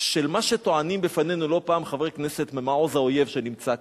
של מה שטוענים בפנינו לא פעם חברי כנסת ממעוז האויב שנמצא כאן.